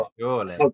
surely